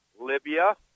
Libya